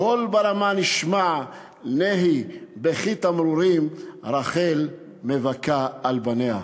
"קול ברמה נשמע נהי בכי תמרורים רחל מבכה על בניה".